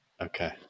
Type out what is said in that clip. Okay